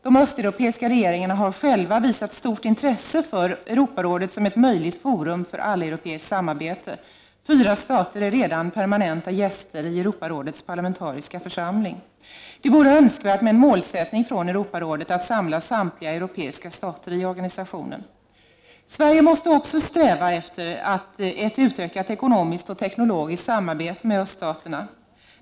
De östeuropeiska regeringarna har själva visat stort intresse för Europarådet som ett möjligt forum för alleuropeiskt samarbete. Fyra stater är redan permanenta gäster i Europarådets parlamentariska församling. Det vore önskvärt med en målsättning från Europarådet att samla samtliga europeiska stater i organisationen. Sverige måste också sträva efter ett utökat ekonomiskt och teknologiskt samarbete med öststaterna.